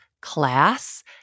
class